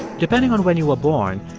depending on when you were born,